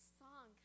song